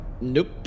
Nope